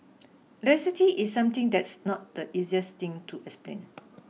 electricity is something that's not the easiest thing to explain